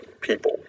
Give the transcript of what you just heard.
people